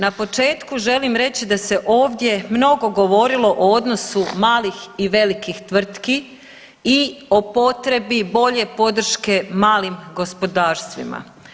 Na početku želim reći da se ovdje mnogo govorilo o odnosu malih i velikih tvrtki i o potrebi bolje podrške malim gospodarstvima.